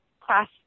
class